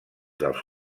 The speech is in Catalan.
dels